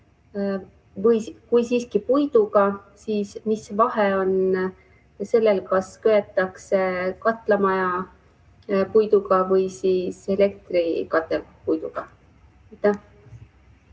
Kui siiski puiduga, siis mis vahe on sellel, kas köetakse katlamaja puiduga või siis elektrikatelt puiduga?